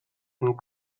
and